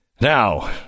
now